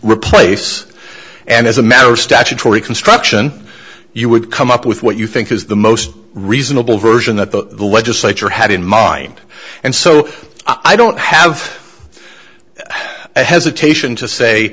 replace and as a matter of statutory construction you would come up with what you think is the most reasonable version that the legislature had in mind and so i don't have a hesitation to say